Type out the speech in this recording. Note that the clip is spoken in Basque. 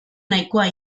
nahikoa